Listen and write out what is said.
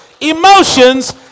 emotions